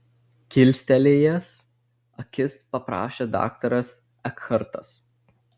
kilstelėjęs akis paprašė daktaras ekhartas